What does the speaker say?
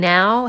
Now